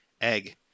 egg